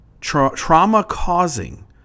trauma-causing